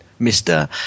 Mr